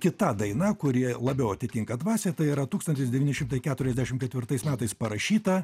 kita daina kuri labiau atitinka dvasią tai yra tūkstantis devyni šimtai keturiasdešim ketvirtais metais parašyta